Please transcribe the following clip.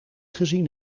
gezien